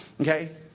okay